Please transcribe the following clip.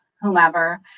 whomever